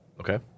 Okay